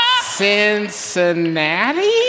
Cincinnati